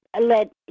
let